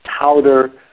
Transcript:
powder